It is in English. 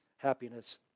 happiness